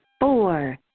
Four